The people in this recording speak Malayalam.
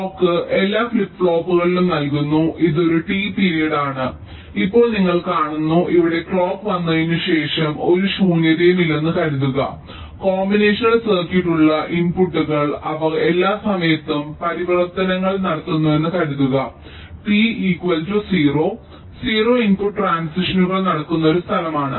ക്ലോക്ക് എല്ലാ ഫ്ലിപ്പ് ഫ്ലോപ്പുകളും നൽകുന്നു ഇത് ഒരു T പീരീഡ് ആൺ ഇപ്പോൾ നിങ്ങൾ കാണുന്നു ഇവിടെ ക്ലോക്ക് വന്നതിനു ശേഷം ഒരു ശൂന്യതയും ഇല്ലെന്ന് കരുതുക കോമ്പിനേഷണൽ സർക്യൂട്ട് ഉള്ള ഇൻപുട്ടുകൾ അവർ എല്ലാ സമയത്തും പരിവർത്തനങ്ങൾ നടത്തുന്നുവെന്ന് കരുതുക T 0 0 ഇൻപുട്ട് ട്രാൻസിഷനുകൾ നടക്കുന്ന ഒരു സ്ഥലമാണ്